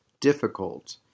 difficult